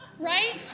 right